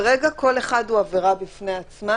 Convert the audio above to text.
כרגע כל אחד הוא עבירה בפני עצמה,